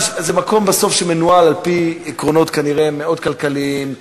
זה בסוף מקום שמנוהל על-פי עקרונות כנראה מאוד כלכליים.